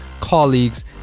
colleagues